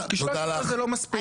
כי 13 זה לא מספיק.